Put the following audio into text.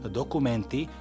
dokumenty